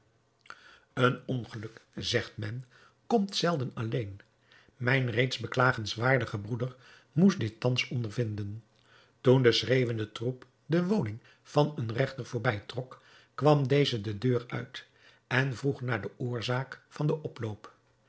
een ongeluk zegt men komt zelden alleen mijn reeds beklagenswaardige broeder moest dit thans ondervinden toen de schreeuwende troep de woning van een regter voorbij trok kwam deze de deur uit en vroeg naar de oorzaak van den oploop